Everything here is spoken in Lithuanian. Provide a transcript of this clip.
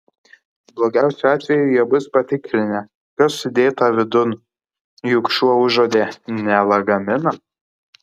blogiausiu atveju jie bus patikrinę kas sudėta vidun juk šuo užuodė ne lagaminą